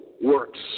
works